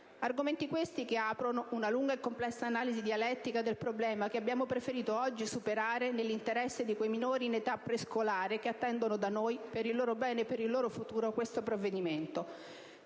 Argomenti questi che aprono una lunga e complessa analisi dialettica del problema, che abbiamo preferito oggi superare nell'interesse di quei minori in età prescolare che attendono da noi, per il loro bene e il loro futuro, questo provvedimento.